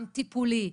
גם טיפולי,